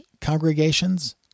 congregations